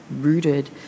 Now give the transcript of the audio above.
rooted